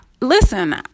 Listen